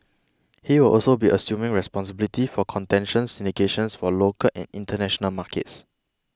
he will also be assuming responsibility for contention syndication for local and international markets